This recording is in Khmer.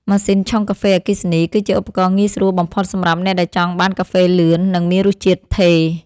ម៉ាស៊ីនឆុងកាហ្វេអគ្គិសនី គឺជាឧបករណ៍ងាយស្រួលបំផុតសម្រាប់អ្នកដែលចង់បានកាហ្វេលឿន និងមានរសជាតិថេរ។